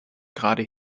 gerade